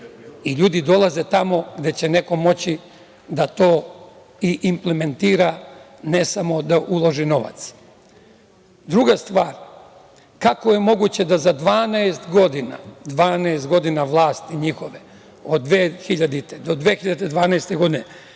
i ljudi dolaze tamo gde će neko moći da to i implementira, ne samo da uloži novac. Druga stvar, kako je moguće da za 12 godina, 12 godina vlasti njihove, od 2000. do 2012. godine